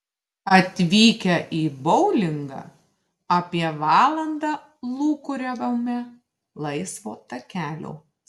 atvykę į boulingą apie valandą lūkuriavome laisvo takelio